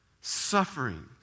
Suffering